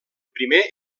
primer